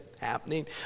happening